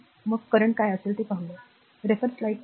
तर मग करंट काय असेल